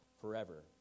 forever